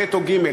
ב' או ג'.